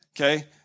Okay